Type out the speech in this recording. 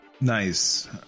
Nice